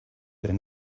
their